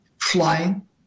flying